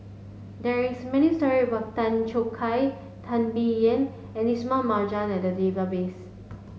there is many story about Tan Choo Kai Teo Bee Yen and Ismail Marjan in the database